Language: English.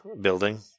building